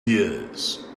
years